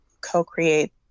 co-create